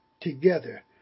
together